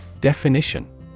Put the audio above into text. Definition